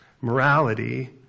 Morality